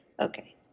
Okay